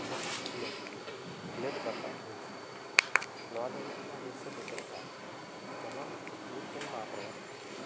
ᱠᱷᱮᱞᱳᱰ ᱠᱷᱮᱞᱳᱰ ᱵᱟᱠᱚ ᱦᱤᱝᱥᱟᱹᱼᱟ ᱱᱚᱣᱟ ᱫᱚ ᱦᱩᱭᱩᱜ ᱠᱟᱱᱟ ᱦᱤᱝᱥᱟᱹ ᱫᱚ ᱡᱮᱞᱮᱠᱟ ᱡᱮᱢᱚᱱ ᱢᱤᱫᱴᱮᱱ ᱢᱟᱴᱷ ᱨᱮ